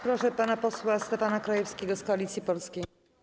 Proszę pana posła Stefana Krajewskiego z Koalicji Polskiej.